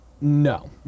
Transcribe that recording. No